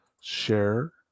share